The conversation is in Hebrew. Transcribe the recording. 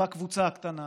בקבוצה הקטנה,